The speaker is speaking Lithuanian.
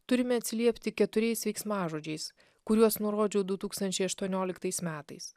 turime atsiliepti keturiais veiksmažodžiais kuriuos nurodžiau du tūkstančiai aštuonioliktais metais